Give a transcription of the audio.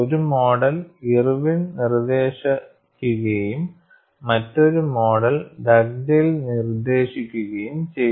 ഒരു model Irwin നിർദ്ദേശിക്കുകയും മറ്റൊരു മോഡൽ ഡഗ്ഡേൽ നിർദ്ദേശിക്കുകയും ചെയ്തു